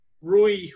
Rui